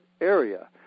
area